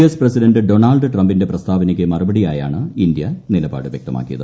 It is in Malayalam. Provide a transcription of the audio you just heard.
എസ് പ്രസിഡന്റ് ഡൊണാൾഡ് ട്രംപിന്റെ പ്രസ്താവനയ്ക്ക് മറുപടിയായാണ് ഇന്ത്യ നിലപാട് വൃക്തമാക്കിയത്